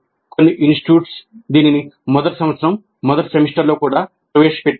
కొన్ని ఇన్స్టిట్యూట్స్ దీనిని మొదటి సంవత్సరంమొదటి సెమిస్టర్ లో కూడా ప్రవేశపెట్టాయి